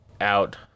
out